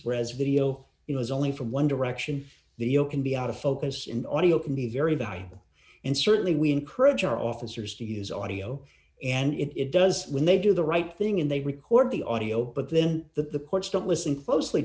whereas video you know is only from one direction the yoke can be out of focus in audio can be very valuable and certainly we encourage our officers to use audio and it does when they do the right thing and they record the audio but then the courts don't listen closely